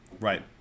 Right